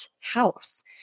house